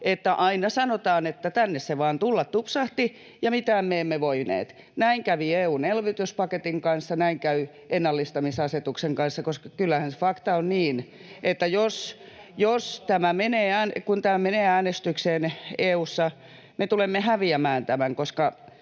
että aina sanotaan, että tänne se vain tulla tupsahti ja mitään me emme voineet. Näin kävi EU:n elvytyspaketin kanssa, ja näin käy ennallistamisasetuksen kanssa, koska kyllähän fakta on niin, että kun tämä menee äänestykseen EU:ssa, me tulemme häviämään tämän,